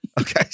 Okay